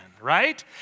right